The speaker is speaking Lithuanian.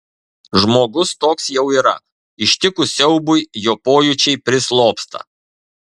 žmogus toks jau yra ištikus siaubui jo pojūčiai prislopsta